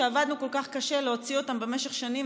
שעבדנו כל כך קשה להוציא אותם במשך שנים,